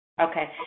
Okay